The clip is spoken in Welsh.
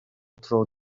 tro